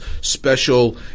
special